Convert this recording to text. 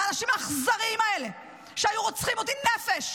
לאנשים האכזריים האלה שהיו רוצחים אותי נפש,